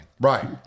right